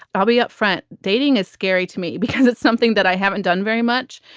i'll be upfront. dating is scary to me because it's something that i haven't done very much.